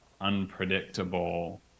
unpredictable